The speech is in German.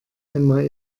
einmal